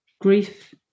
grief